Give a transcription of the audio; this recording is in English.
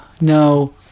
No